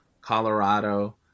Colorado